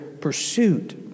pursuit